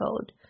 code